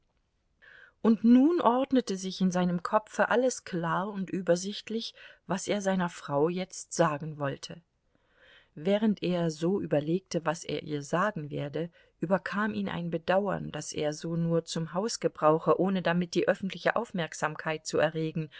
und nun ordnete sich in seinem kopfe alles klar und übersichtlich was er seiner frau jetzt sagen wollte während er so überlegte was er ihr sagen werde überkam ihn ein bedauern daß er so nur zum hausgebrauche ohne damit die öffentliche aufmerksamkeit zu erregen